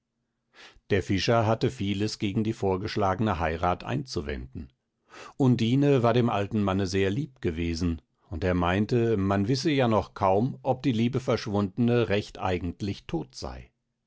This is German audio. der fischer hatte vieles gegen die vorgeschlagne heirat einzuwenden undine war dem alten manne sehr lieb gewesen und er meinte man wisse ja noch kaum ob die liebe verschwundne recht eigentlich tot sei